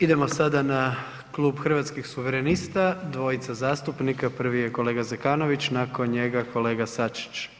Idemo sada na Klub Hrvatskih suverenista, dvojica zastupnika, prvi je kolega Zekanović, nakon njega kolega Sačić.